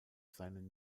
seinen